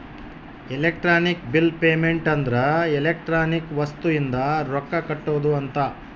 electronic bill payment ಅಂದ್ರ electronic ವಸ್ತು ಇಂದ ರೊಕ್ಕ ಕಟ್ಟೋದ ಅಂತ